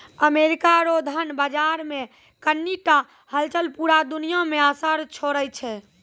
America रो धन बाजार मे कनी टा हलचल पूरा दुनिया मे असर छोड़ै छै